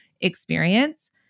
experience